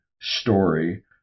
story